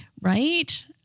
Right